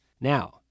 Now